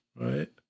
right